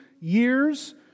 years